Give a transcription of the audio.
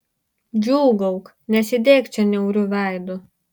džiūgauk nesėdėk čia niauriu veidu